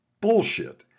Bullshit